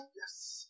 Yes